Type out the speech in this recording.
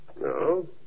No